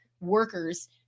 workers